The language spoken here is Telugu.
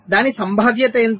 దాని సంభావ్యత ఎంత